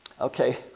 okay